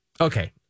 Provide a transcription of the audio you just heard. okay